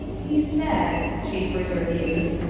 he said, she further mused,